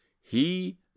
He